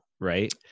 right